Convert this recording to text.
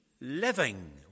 living